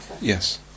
yes